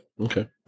Okay